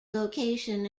location